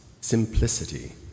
simplicity